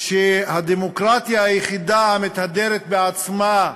שהדמוקרטיה היחידה, המתהדרת בעצמה,